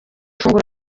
funguro